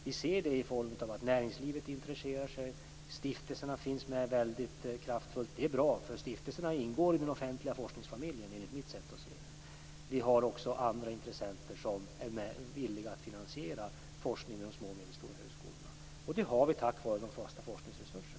Vi ser det i form av att näringslivet intresserar sig och att stiftelserna finns med kraftfullt. Det är bra, för stiftelserna ingår i den offentliga forskningsfamiljen, enligt mitt sätt att se det. Vi har också andra intressenter som är villiga att finansiera forskningen vid de små och medelstora högskolorna. Och det har vi tack vare de fasta forskningsresurserna.